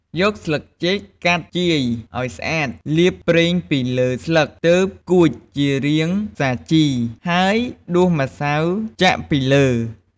យកស្លឹកចេក កាត់ជាយឱ្យស្អាត លាបប្រេងលើស្លឹក ទើបគួចជារាងសាជី ហើយដួសម្សៅចាក់ពីលើ។